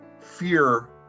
fear